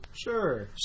sure